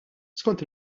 skont